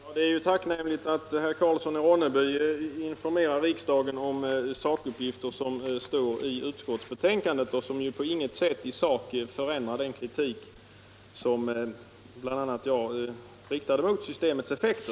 Herr talman! Det är möjligen tacknämligt att herr Karlsson i Ronneby informerar riksdagen om sakuppgifter, som finns i utskottsbetänkandet och som på intet sätt förändrar den kritik som bl.a. jag riktat mot systemets effekter.